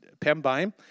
Pembine